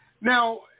Now